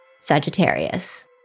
Sagittarius